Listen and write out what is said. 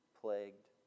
plagued